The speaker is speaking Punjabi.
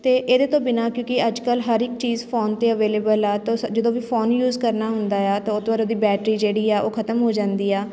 ਅਤੇ ਇਹਦੇ ਤੋਂ ਬਿਨਾਂ ਕਿਉਂਕਿ ਅੱਜ ਕੱਲ੍ਹ ਹਰ ਇੱਕ ਚੀਜ਼ ਫੋਨ 'ਤੇ ਅਵੇਲੇਬਲ ਆ ਤਾਂ ਸ ਜਦੋਂ ਵੀ ਫੋਨ ਯੂਜ਼ ਕਰਨਾ ਹੁੰਦਾ ਏ ਆ ਤਾਂ ਉਹ ਤੋਂ ਬਾਅਦ ਉਹਦੀ ਬੈਟਰੀ ਜਿਹੜੀ ਆ ਉਹ ਖਤਮ ਹੋ ਜਾਂਦੀ ਆ